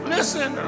Listen